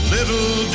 Little